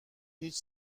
هیچ